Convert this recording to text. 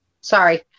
sorry